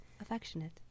affectionate